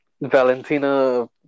Valentina